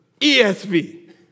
ESV